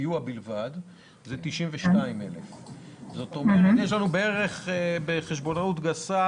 הסיוע בלבד זה 92,000 זאת אומרת יש לנו בערך בחשבונאות גסה,